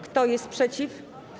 Kto jest przeciw?